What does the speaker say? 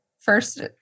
first